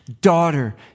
daughter